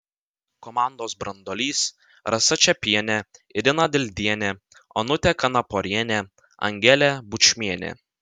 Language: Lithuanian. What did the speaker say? komandos branduolys rasa čepienė irina dildienė onutė kanaporienė angelė bučmienė